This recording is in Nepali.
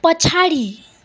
पछाडि